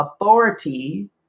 authority